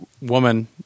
woman